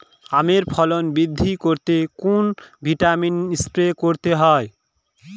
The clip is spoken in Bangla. আমের ফলন বৃদ্ধি করতে কোন ভিটামিন স্প্রে করতে হয়?